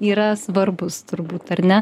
yra svarbus turbūt ar ne